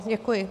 Děkuji.